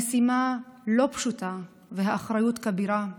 המשימה לא פשוטה והאחריות כבירה,